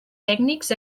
tècnics